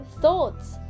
thoughts